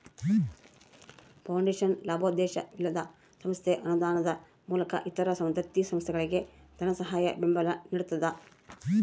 foundation ಲಾಭೋದ್ದೇಶವಿಲ್ಲದ ಸಂಸ್ಥೆ ಅನುದಾನದ ಮೂಲಕ ಇತರ ದತ್ತಿ ಸಂಸ್ಥೆಗಳಿಗೆ ಧನಸಹಾಯ ಬೆಂಬಲ ನಿಡ್ತದ